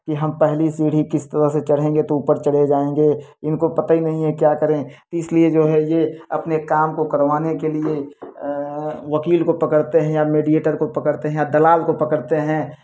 कि हम पहली सीढ़ी किस तरह से चढ़ेंगे तो ऊपर चले जाएँगे इनको पता ही नहीं है क्या करें इसलिए ये जो है अपने काम को करवाने के लिए वकील को पकड़ते हैं या मेडिएटर को पकड़ते हैं या दलाल को पकड़ते हैं